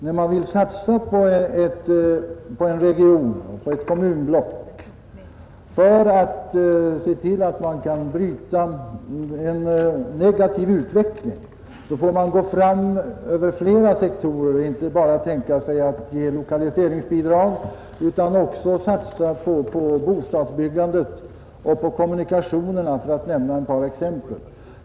När man vill satsa på en region, t.ex. ett kommunblock, för att försöka bryta en negativ utveckling, får man gå fram över flera sektorer. Man kan inte bara nöja sig med lokaliseringsbidrag, man måste också satsa på bostadsbyggande och kommunikationer, för att nämna ett par exempel.